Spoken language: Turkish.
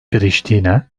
priştine